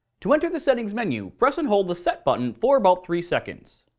to enter the settings menu, press and hold the set button for about three seconds.